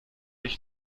ich